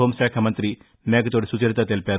home శాఖ మంతి మేకతోటి సుచరిత తెలిపారు